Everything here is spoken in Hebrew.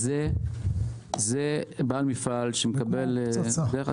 בעל מפעל שמקבל דוח,